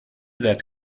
that